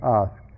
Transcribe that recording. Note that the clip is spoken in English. ask